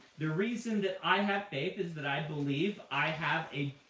the reason that i have faith is that i believe i have a